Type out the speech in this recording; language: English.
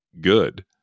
good